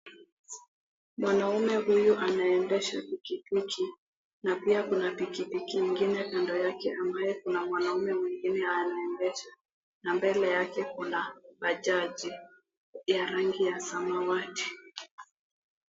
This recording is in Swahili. Mwanamme huyu anendesha pikipiki, na pia kuna pikipiki nyingine kando yake, ambapo kuna mwanamme mwingine anaendesha. Na mbele yake kuna bajaji ya rangi ya samawati.